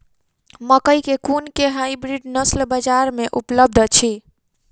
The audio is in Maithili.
मकई केँ कुन केँ हाइब्रिड नस्ल बजार मे उपलब्ध अछि?